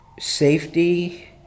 safety